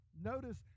notice